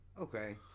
Okay